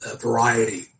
variety